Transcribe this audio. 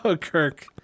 Kirk